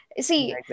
See